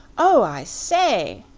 oh, i say!